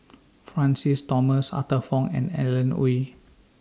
Francis Thomas Arthur Fong and Alan Oei